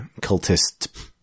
cultist